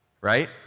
right